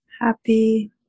happy